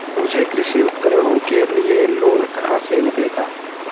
मुझे कृषि उपकरणों के लिए लोन कहाँ से मिलेगा?